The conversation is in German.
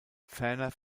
ferner